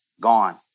Gone